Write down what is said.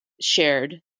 shared